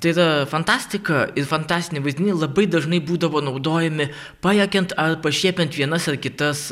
tai yra fantastika ir fantastiniai vaizdiniai labai dažnai būdavo naudojami pajuokiant ar pašiepiant vienas ar kitas